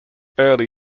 early